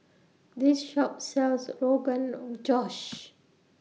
This Shop sells Rogan Josh